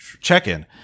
check-in